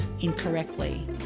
incorrectly